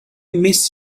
miss